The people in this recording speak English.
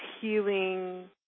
healing